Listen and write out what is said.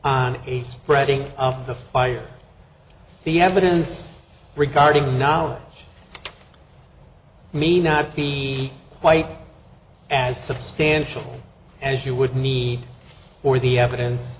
on a spreading of the fire the evidence regarding now i mean not be quite as substantial as you would need for the evidence